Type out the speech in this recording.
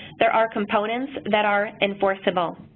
there are components that are enforceable.